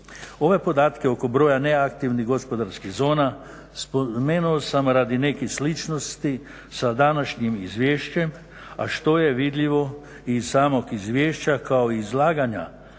Ove podatke oko broja neaktivnih gospodarskih zona spomenuo sam radi nekih sličnosti sa današnjim Izvješćem a što je vidljivo i iz samog izvješća kao i izlaganja